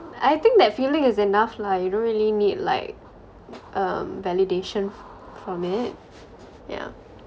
I think that feeling is enough lah you don't really need like um validation from it yeah